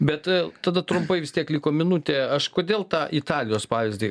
bet tada trumpai vis tiek liko minutė aš kodėl tą italijos pavyzdį